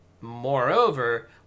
Moreover